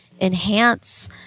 enhance